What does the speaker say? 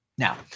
Now